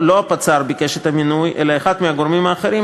הפצ"ר ביקש את המינוי אלא אחד מהגורמים האחרים,